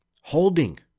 holding